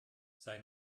sei